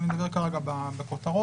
אני מדבר כרגע בכותרות.